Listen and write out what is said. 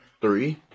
Three